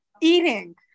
Eating